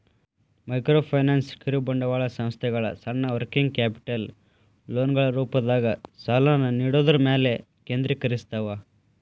microfinance ಕಿರುಬಂಡವಾಳ ಸಂಸ್ಥೆಗಳ ಸಣ್ಣ ವರ್ಕಿಂಗ್ ಕ್ಯಾಪಿಟಲ್ ಲೋನ್ಗಳ ರೂಪದಾಗ ಸಾಲನ ನೇಡೋದ್ರ ಮ್ಯಾಲೆ ಕೇಂದ್ರೇಕರಸ್ತವ